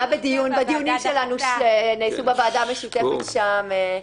זה היה בדיונים שלנו שנעשו בוועדה משותפת שם.